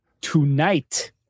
tonight